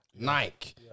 Nike